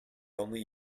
only